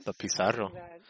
Pizarro